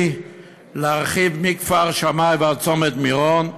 להרחיב מכפר שמאי עד צומת מירון,